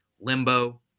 limbo